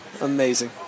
Amazing